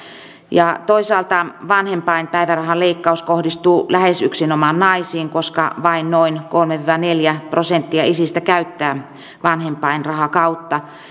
ja toisaalta vanhempainpäivärahan leikkaus kohdistuu lähes yksinomaan naisiin koska vain noin kolme viiva neljä prosenttia isistä käyttää vanhempainrahakautta